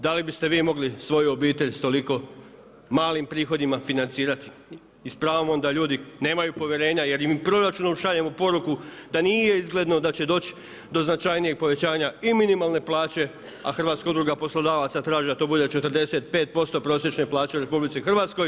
Dali biste vi mogli svoju obitelj s toliko malim prihodima financirati i s pravom da ljudi nemaju povjerenja jer im proračunom šaljemo poruku, da nije izgledno da će doći do značajnijeg povećanja i minimalne plaće, a Hrvatska udruga poslodavaca traži da to bude 45% prosječne plaće u RH.